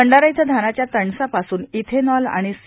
भंडारा इथं धानाच्या तणसा पासून इथेनॉल आणि सी